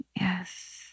yes